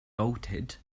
bolted